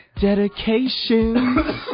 Dedication